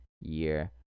year